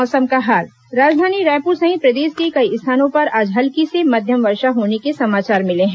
मौसम राजधानी रायपुर सहित प्रदेश के कई स्थानों पर आज हल्की से मध्यम वर्षा होने के समाचार मिले हैं